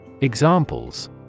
Examples